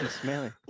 smelly